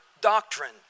doctrine